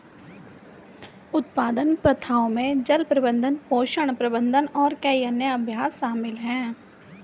उत्पादन प्रथाओं में जल प्रबंधन, पोषण प्रबंधन और कई अन्य अभ्यास शामिल हैं